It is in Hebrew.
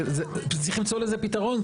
קודם כל דרישה, כי